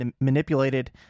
manipulated